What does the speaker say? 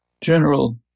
general